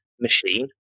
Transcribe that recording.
machine